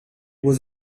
was